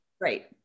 Right